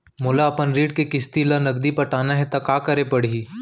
मोला अपन ऋण के किसती ला नगदी पटाना हे ता का करे पड़ही?